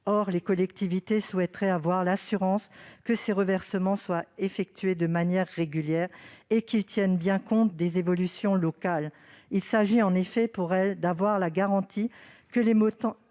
or les collectivités souhaiteraient avoir l'assurance que ces reversements seront effectués de manière régulière et qu'ils tiendront compte des évolutions locales. Il s'agit, pour elles, d'obtenir la garantie que les montants